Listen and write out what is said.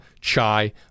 chai